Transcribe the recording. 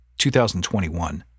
2021